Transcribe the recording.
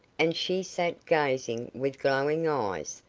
and she sat gazing with glowing eyes,